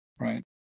right